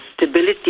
stability